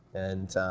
and